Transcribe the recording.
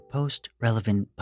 Post-Relevant